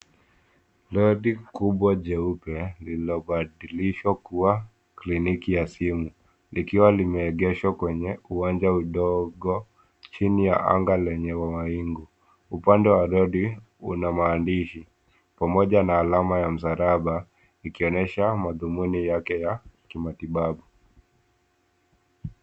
Lori kubwa jeupe lililobadilishwa kuwa kliniki ya simu likiwa limegeshwa kwenye uwanja mdogo chini ya anga lenye mawingu. Upande wa liri kuna maandishi pamoja na alama ya msalaba likonyesha madhumuni yake ya kimatibabu.